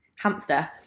hamster